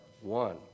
one